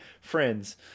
friends